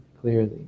clearly